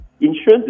Insurance